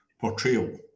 portrayal